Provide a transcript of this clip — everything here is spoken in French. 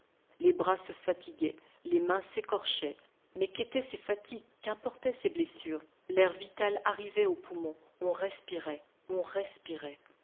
les bras se fatiguaient les mains s'écorchaient mais qu'étaient ces fatigues qu'importaient ces blessures l'air vital arrivait aux poumons on respirait on respirait